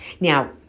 Now